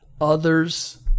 others